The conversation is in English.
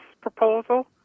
proposal